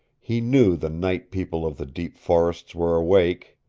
he knew the night people of the deep forests were awake.